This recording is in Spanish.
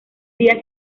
día